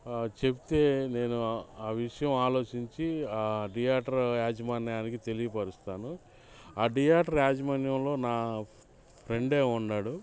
చెప్తే నేను ఆ విషయం ఆలోచించి థియేటర్ యాజమాన్యానికి తెలియపరుస్తాను ఆ థియేటర్ యాజమాన్యంలో నా ఫ్రెండ్ ఉన్నాడు